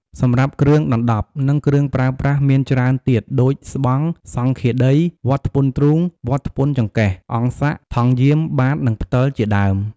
សម្រាប់គ្រឿងដណ្ដប់និងគ្រឿងប្រើប្រាស់មានច្រើនទៀតដូចស្បង់ សង្ឃាដី វត្ថពន្ធទ្រូង វត្ថពន្ធចង្កេះ អង្ស័ក ថង់យាម បាត្រ និងផ្តិលជាដើម។